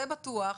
זה בטוח,